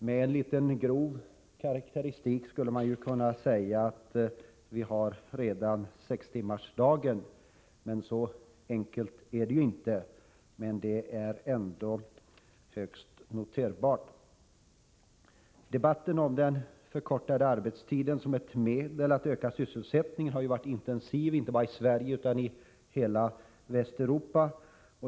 Med grov karakteristik skulle man kunna säga att vi redan har sex timmars arbetsdag, men så enkelt är det inte. Det rör sig ändå om en högst noterbar sänkning. Debatten om den förkortade arbetstiden som ett medel för att öka sysselsättningen har varit intensiv, inte bara i Sverige utan i hela Västeuropa.